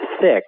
thick